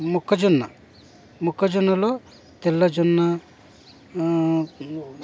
మొక్కజొన్న మొక్కజొన్నలో తెల్లజొన్న